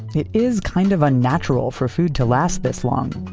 it is kind of unnatural for food to last this long.